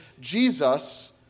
Jesus